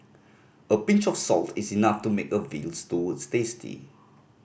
a pinch of salt is enough to make a veal stews tasty